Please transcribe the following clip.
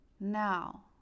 now